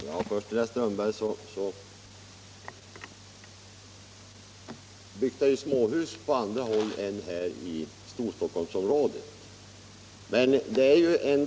Herr talman! Det byggs ju småhus, herr Strömberg i Botkyrka, också på andra håll än här i Storstockholmsområdet!